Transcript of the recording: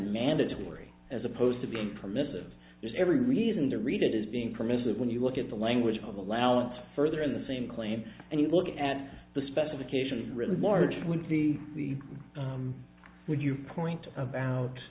mandatory as opposed to being permissive there's every reason to read it as being permissive when you look at the language of allowance further in the same claim and you look at the specifications really large would be the would you point about